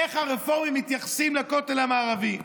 איך הרפורמים מתייחסים לכותל המערבי: